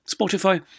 Spotify